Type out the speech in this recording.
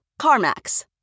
CarMax